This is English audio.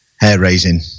hair-raising